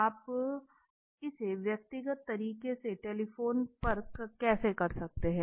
आप इसे व्यक्तिगत तरीके से टेलीफोन पर कैसे कर सकते हैं